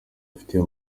afitiye